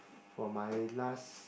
for my last